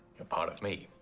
you're part of me.